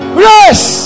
grace